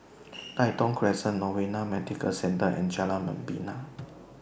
Tai Thong Crescent Novena Medical Centre and Jalan Membina